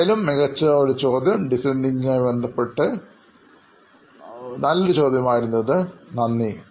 എന്തായാലും മികച്ച ഒരു ചോദ്യം ഡിസൈൻ തിങ്കിങ് ആയി ബന്ധപ്പെട്ട ഒരു നല്ലൊരു ചോദ്യമായിരുന്നു നന്ദി